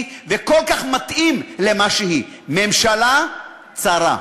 וכל כך מתאים למה שהיא: ממשלה צרה.